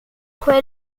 fue